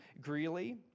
Greeley